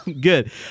Good